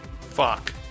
Fuck